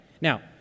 Now